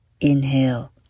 Inhale